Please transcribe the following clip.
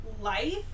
life